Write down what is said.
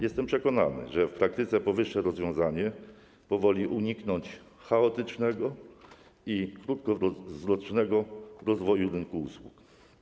Jestem przekonany, że w praktyce powyższe rozwiązanie pozwoli uniknąć chaotycznego i krótkowzrocznego rozwoju rynku usług.